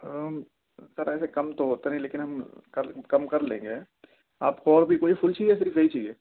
سر ایسے کم تو ہوتا نہیں لیکن ہم کم کر لیں گے آپ کو اور بھی کوئی پھول چاہیے یا صرف یہی چاہیے